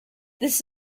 this